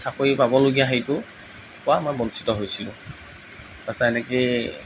চাকৰি পাবলগীয়া হেৰিটো পৰা মই বঞ্চিত হৈছিলোঁ তাৰপিছত এনেকেই